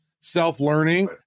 self-learning